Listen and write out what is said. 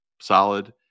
solid